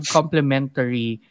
complementary